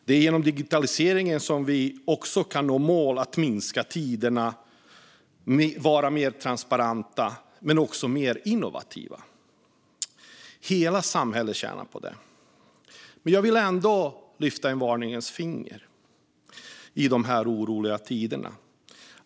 Det är genom digitaliseringen som vi kan nå målet att minska tiderna och vara mer transparenta och mer innovativa. Hela samhället tjänar på detta. Jag vill ändå lyfta ett varningens finger i dessa oroliga tider.